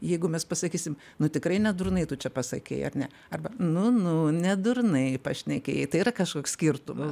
jeigu mes pasakysim nu tikrai nedurnai tu čia pasakei ar ne arba nu nu nedurnai pašnekėjai tai yra kažkoks skirtumas